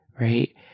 right